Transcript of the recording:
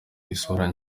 isura